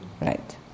right